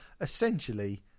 essentially